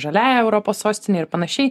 žaliąja europos sostine ir panašiai